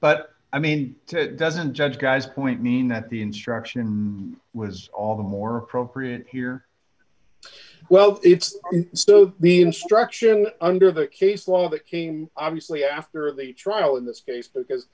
but i mean it doesn't judge guy's point mean that the instruction was on a more appropriate here well it's still the instruction under the case law that came obviously after the trial in this case because